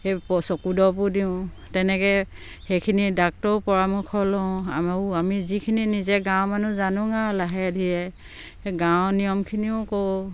সেই চকু দৰৱো দিওঁ তেনেকে সেইখিনি ডাক্টৰৰ পৰামৰ্শ লওঁ আমাৰো আমি যিখিনি নিজে গাঁৱৰ মানুহ জানো আৰু লাহে ধীৰে সেই গাঁৱৰ নিয়মখিনিও কৰোঁ